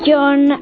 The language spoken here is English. John